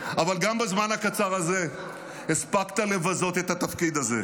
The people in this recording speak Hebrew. אבל גם בזמן הקצר הזה הספקת לבזות את התפקיד הזה.